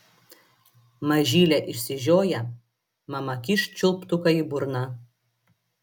mažylė išsižioja mama kyšt čiulptuką į burną